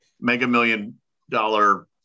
mega-million-dollar